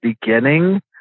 beginning